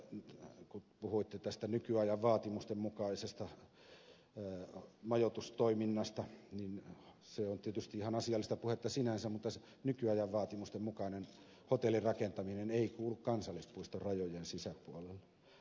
karvolle kun puhuitte nykyajan vaatimusten mukaisesta majoitustoiminnasta että se on tietysti ihan asiallista puhetta sinänsä mutta nykyajan vaatimusten mukainen hotellirakentaminen ei kuulu kansallispuiston rajojen sisäpuolelle